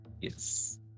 Yes